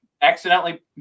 accidentally